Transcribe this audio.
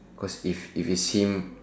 cause if you if you see him